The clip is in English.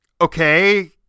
okay